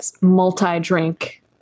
multi-drink